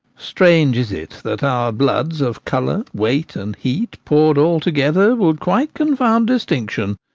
strange is it that our bloods, of colour, weight, and heat, pour'd all together, would quite confound distinction,